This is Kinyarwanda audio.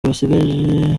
basigaje